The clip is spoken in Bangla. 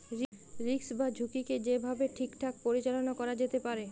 রিস্ক বা ঝুঁকিকে যেই ভাবে ঠিকঠাক পরিচালনা করা যেতে পারে